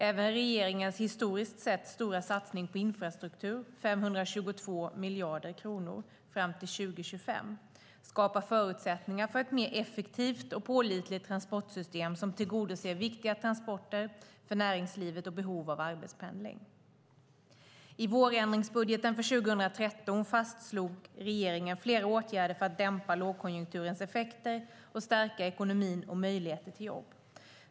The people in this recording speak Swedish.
Även regeringens historiskt sett stora satsning på infrastruktur - 522 miljarder kronor fram till 2025 - skapar förutsättningar för ett mer effektivt och pålitligt transportsystem som tillgodoser viktiga transporter för näringslivet och behov av arbetspendling. I vårändringsbudgeten för 2013 fastslog regeringen flera åtgärder för att dämpa lågkonjunkturens effekter och stärka ekonomin och möjligheter till jobb.